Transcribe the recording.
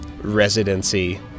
residency